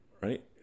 right